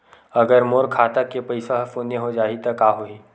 अगर मोर खाता के पईसा ह शून्य हो जाही त का होही?